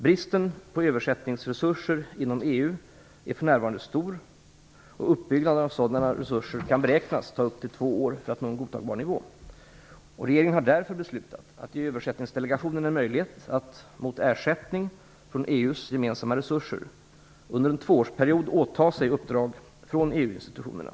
Bristen på översättningsresurser inom EU är för närvarande stor, och uppbyggnaden av sådana resurser kan beräknas ta upp till två år för att nå en godtagbar nivå. Regeringen har därför beslutat att ge Översättningsdelegationen möjlighet att - mot ersättning från EU:s gemensamma resurser - under en tvåårsperiod åta sig uppdrag från EU-institutionerna.